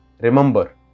remember